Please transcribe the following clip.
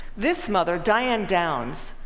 this mother, diane downs,